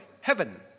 heaven